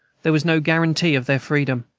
there was no guaranty of their freedom.